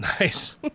Nice